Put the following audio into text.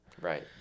Right